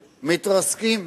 מתרסקים,